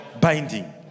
binding